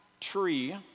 tree